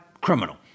criminal